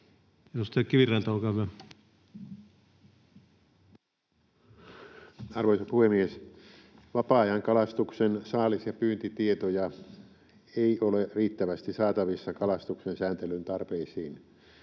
Edustaja Kiviranta, olkaa hyvä. Arvoisa puhemies! Vapaa-ajankalastuksen saalis- ja pyyntitietoja ei ole riittävästi saatavissa kalastuksen sääntelyn tarpeisiin.